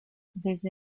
desde